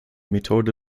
methode